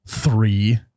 Three